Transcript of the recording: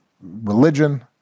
religion